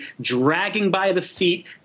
dragging-by-the-feet